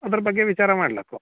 ಅದ್ರ ಬಗ್ಗೆ ವಿಚಾರ ಮಾಡಲಕ್ಕು